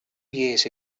years